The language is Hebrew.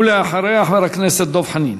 ואחריה, חבר הכנסת דב חנין.